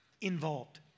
involved